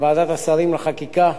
לוועדת החוקה,